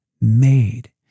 made